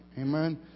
Amen